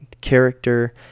character